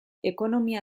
ekonomia